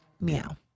Meow